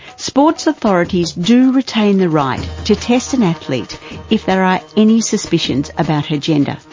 sports authorities do retain the right to test an athlete if there are any suspicions about her gender.